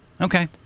Okay